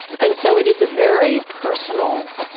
and so it is a very personal